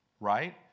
right